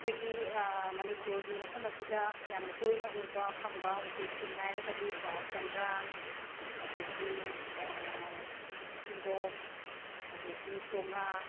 ꯑꯩꯈꯣꯏꯒꯤ ꯃꯅꯤꯄꯨꯔꯒꯤ ꯃꯐꯝ ꯑꯁꯤꯗ ꯌꯥꯝꯅ ꯇꯣꯏꯅ ꯎꯕ ꯐꯪꯕ ꯎꯆꯦꯛꯁꯤꯡ ꯍꯥꯏꯔꯒꯗꯤ ꯀꯣ ꯁꯦꯟꯗ꯭ꯔꯥꯡ ꯑꯗꯒꯤ ꯎꯔꯣꯛ ꯑꯗꯒꯤ ꯆꯣꯉꯥ